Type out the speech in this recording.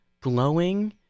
glowing